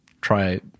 try